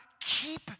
keep